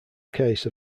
case